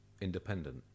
independent